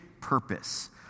purpose